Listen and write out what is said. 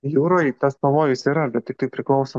jūroj tas pavojus yra bet tiktai priklauso